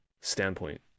standpoint